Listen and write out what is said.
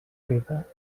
freda